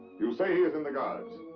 you say he is in the guards?